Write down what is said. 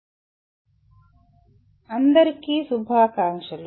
module 1 unit 9 కు స్వాగతం మరియు శుభాకాంక్షలు